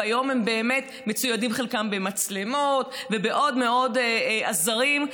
והיום באמת חלקם מצוידים במצלמות ובעוד עזרים,